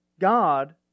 God